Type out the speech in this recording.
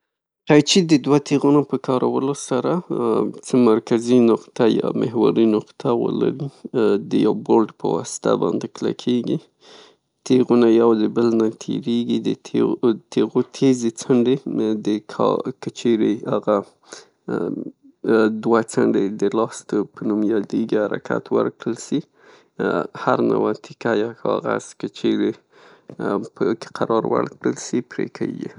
قیچي د دوه تیغونو په کارولو سره چې مرکزي نقطه یا محوري نقطه ولري، د یو بولډ په واسطه باندې کلکلیږي، تیغونه یې یو له بله نه تیریږي، د تیغو د تیغونو ځیز یې، دوه څنډې یې د لاستو په نامه یادیږي، هغه ته حرکت ورکړل سي، هر نوع تکه یا کاغذ که چیرې په هغه کې قرار ورکړل سي، پرې که یي يې.